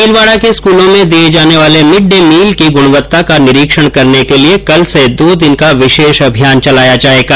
भीलवाड़ा के स्कूलों में दिए जाने वाले मिड डे मील की गुणवत्ता का निरीक्षण करने के लिए कल से दो दिन का विशेष अभियान चलाया जाएगा